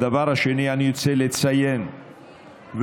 והדבר השני, אני רוצה לציין ולברך